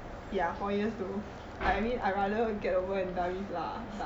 ya four years though I mean I rather get over and done with it lah